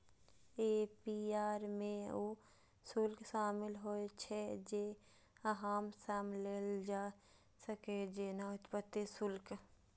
APR मे ऊ शुल्क शामिल होइ छै, जे अहां सं लेल जा सकैए, जेना उत्पत्ति शुल्क